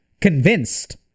convinced